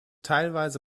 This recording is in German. teilweise